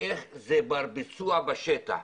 איך זה בר-ביצוע בשטח.